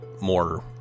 more